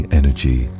energy